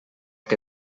que